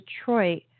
Detroit